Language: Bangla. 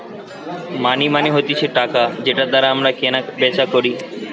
মানি মানে হতিছে টাকা যেটার দ্বারা আমরা কেনা বেচা করি